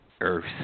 earth